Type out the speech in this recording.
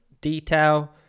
detail